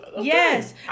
Yes